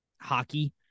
hockey